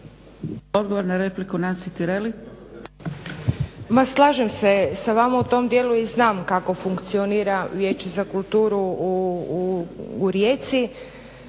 Odgovor na repliku, Nansi Tireli.